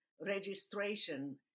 registration